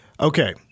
Okay